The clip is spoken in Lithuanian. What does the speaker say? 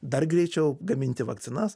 dar greičiau gaminti vakcinas